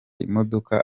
imodoka